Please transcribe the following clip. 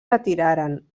retiraren